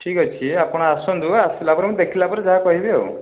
ଠିକ୍ ଅଛି ଆପଣ ଆସନ୍ତୁ ଆପଣ ଆସିଲା ପରେ ମୁଁ ଦେଖିଲା ପରେ ଯାହା କହିବି ଆଉ